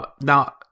Now